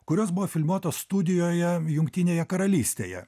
kurios buvo filmuotos studijoje jungtinėje karalystėje